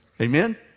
amen